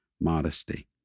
modesty